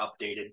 updated